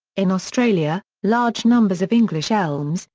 in australia, large numbers of english elms,